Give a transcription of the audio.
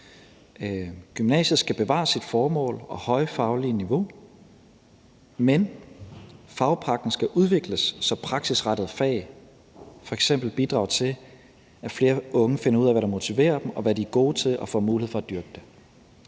gymnasiet bevarer sit formål og høje faglige niveau, men at fagpakken udvikles, så praksisrettede fag f.eks. bidrager til, at flere unge finder ud af, hvad der motiverer dem, og hvad de er gode til, og får mulighed for at dyrke det.«